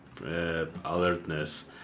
alertness